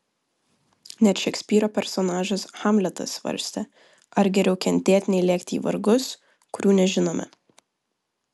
net šekspyro personažas hamletas svarstė ar geriau kentėt nei lėkti į vargus kurių nežinome